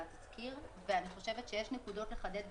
התזכיר ואני חושבת שיש נקודות לחדד בתזכיר,